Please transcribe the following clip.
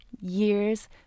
years